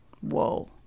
Whoa